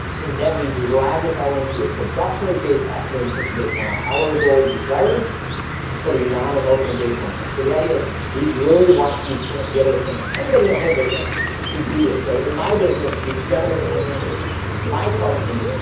and then we drive this all into a production base estimated system based on our hourly goal desired in putting non emotional data points in so the idea is we really want to be be able to train anybody in our whole business to do this. so in my business, the gentleman that ran my company